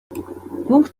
пункт